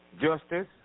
justice